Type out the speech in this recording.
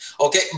Okay